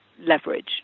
leverage